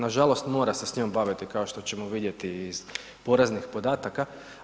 Nažalost mora se s njom baviti kao što ćemo vidjeti i iz poreznih podataka.